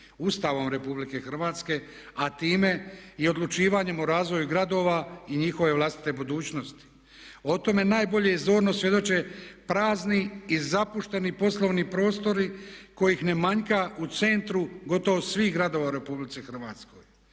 Ustavom RH, a time i odlučivanjem o razvoju gradova i njihove vlastite budućnosti. O tome najbolje i zorno svjedoče prazni i zapušteni poslovni prostori kojih ne manjka u centru gotovo svih gradova u RH. Negativne